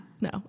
no